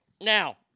Now